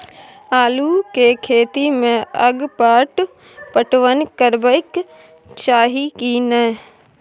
आलू के खेती में अगपाट पटवन करबैक चाही की नय?